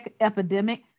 epidemic